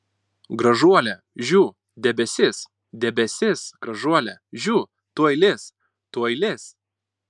gražuole žiū debesis debesis gražuole žiū tuoj lis tuoj lis